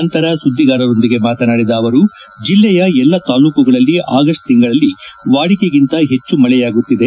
ನಂತರ ಸುದ್ದಗಾರರೊಂದಿಗೆ ಮಾತನಾಡಿದ ಅವರು ಜಿಲ್ಲೆಯ ಎಲ್ಲ ತಾಲ್ಲೂಕುಗಳಲ್ಲಿ ಅಗಸ್ಟ್ ತಿಂಗಳಿನಲ್ಲಿ ವಾಡಿಕೆಗಿಂತ ಹೆಚ್ಚು ಮಳೆಯಾಗುತ್ತಿದೆ